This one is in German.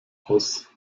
aus